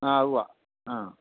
ആ ഉവ്വ ആ